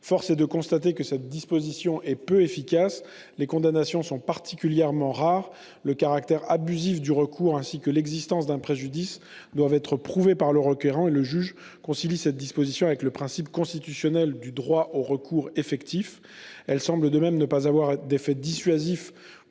Force est de constater pourtant que cette disposition est peu efficace : les condamnations sont particulièrement rares. Le caractère abusif du recours ainsi que l'existence d'un préjudice doivent être prouvés par le requérant ; en outre, le juge concilie cette disposition avec le principe constitutionnel du droit au recours effectif. Cette disposition semble par ailleurs ne pas avoir d'effet dissuasif